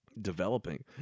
developing